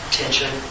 tension